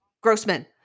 grossman